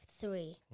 three